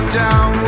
down